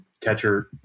Catcher